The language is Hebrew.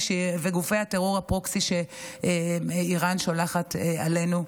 וגופי טרור הפרוקסי שאיראן שולחת אלינו.